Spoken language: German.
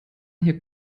hier